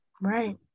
right